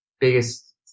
biggest